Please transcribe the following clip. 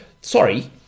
sorry